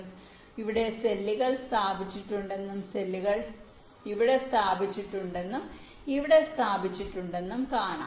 അതിനാൽ ഇവിടെ സെല്ലുകൾ സ്ഥാപിച്ചിട്ടുണ്ടെന്നും സെല്ലുകൾ ഇവിടെ സ്ഥാപിച്ചിട്ടുണ്ടെന്നും സെല്ലുകൾ ഇവിടെ സ്ഥാപിച്ചിട്ടുണ്ടെന്നും കാണാം